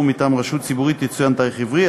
מטעם רשות ציבורית יצוין תאריך עברי,